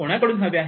कोणाकडून हवे आहे